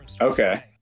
Okay